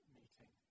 meeting